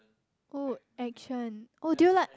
oh action oh do you like